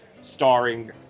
starring